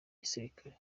gisirikare